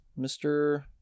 Mr